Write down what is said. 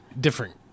different